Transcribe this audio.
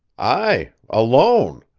aye. alone.